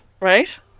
right